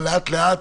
אבל לאט לאט